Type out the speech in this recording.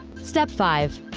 step five.